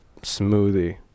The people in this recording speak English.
smoothie